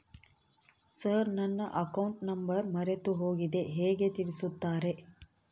Sir ನನ್ನ account number ಮರೆತುಹೋಗಿದೆ ಹೇಗೆ ತಿಳಿಸುತ್ತಾರೆ?